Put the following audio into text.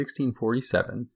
1647